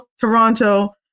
Toronto